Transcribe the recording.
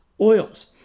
oils